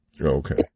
Okay